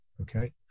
Okay